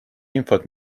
infot